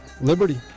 liberty